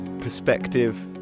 perspective